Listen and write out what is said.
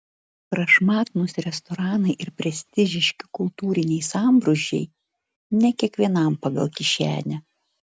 prašmatnūs restoranai ir prestižiški kultūriniai sambrūzdžiai ne kiekvienam pagal kišenę